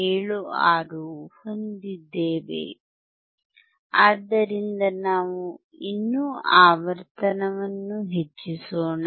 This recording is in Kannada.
76 V ಹೊಂದಿದ್ದೇವೆ ಆದ್ದರಿಂದ ನಾವು ಇನ್ನೂ ಆವರ್ತನವನ್ನು ಹೆಚ್ಚಿಸೋಣ